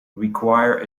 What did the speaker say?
require